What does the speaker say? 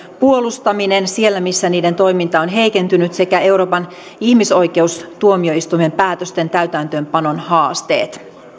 puolustaminen siellä missä niiden toiminta on heikentynyt sekä euroopan ihmisoikeustuomioistuimen päätösten täytäntöönpanon haasteet